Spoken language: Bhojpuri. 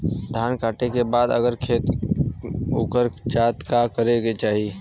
धान कांटेके बाद अगर खेत उकर जात का करे के चाही?